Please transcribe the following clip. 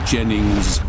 Jennings